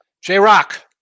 J-Rock